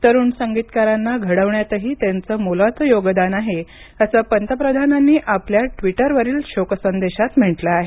तरुण संगीतकारांना घडविण्यातही त्यांचे मोलाचे योगदान आहे असं पंतप्रधानांनी आपल्या ट्विटरवरील शोकसंदेशात म्हटलं आहे